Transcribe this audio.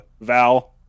Val